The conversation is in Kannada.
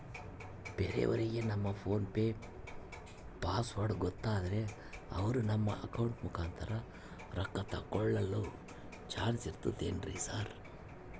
ಬೇರೆಯವರಿಗೆ ನಮ್ಮ ಫೋನ್ ಪೆ ಪಾಸ್ವರ್ಡ್ ಗೊತ್ತಾದ್ರೆ ಅವರು ನಮ್ಮ ಅಕೌಂಟ್ ಮುಖಾಂತರ ರೊಕ್ಕ ತಕ್ಕೊಳ್ಳೋ ಚಾನ್ಸ್ ಇರ್ತದೆನ್ರಿ ಸರ್?